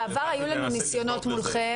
בעבר היו לנו ניסיונות מולכם,